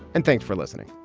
and thanks for listening